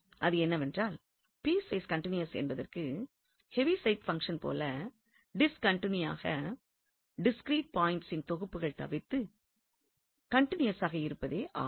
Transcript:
அது என்னவென்றால் piecewise continuous என்பதற்கு ஹெவிசைட் பங்ஷன் போல டிஸ்கன்டினியூடீஸான டிஸ்கிரீட் பாயின்ட்ஸின் தொகுப்புகள் தவிர்த்து கன்டினியூவஸாக இருப்பதே ஆகும்